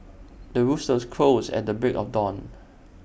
the rooster crows at the break of dawn